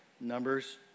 Numbers